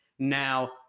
now